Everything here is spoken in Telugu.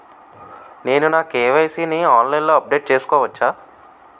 నేను నా కే.వై.సీ ని ఆన్లైన్ లో అప్డేట్ చేసుకోవచ్చా?